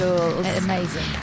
amazing